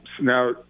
Now